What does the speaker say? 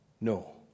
no